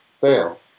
fail